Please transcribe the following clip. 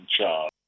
charge